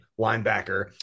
linebacker